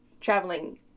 traveling